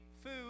food